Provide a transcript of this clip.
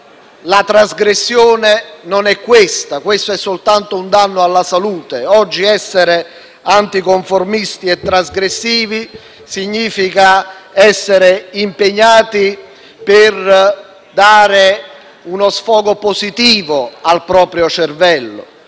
la trasgressione non è questo, questo è soltanto un danno alla salute. Oggi essere anticonformisti e trasgressivi significa essere impegnati per dare uno sfogo positivo al proprio cervello,